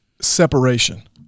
separation